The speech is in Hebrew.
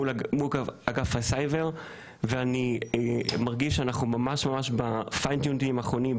מול אגף הסייבר ואני מרגיש שאנחנו ממש ממש ב-Fine Tuning האחרונים,